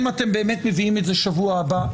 אם אתם באמת מביאים את זה בשבוע הבא.